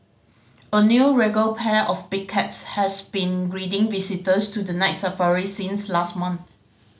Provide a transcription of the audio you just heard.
a new regal pair of big cats has been greeting visitors to the Night Safari since last month